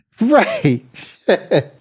Right